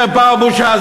חרפה ובושה.